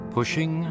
Pushing